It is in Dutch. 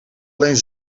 alleen